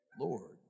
Lord